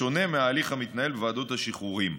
בשונה מהליך המתנהל בוועדות השחרורים.